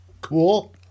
cool